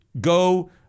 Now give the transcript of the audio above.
go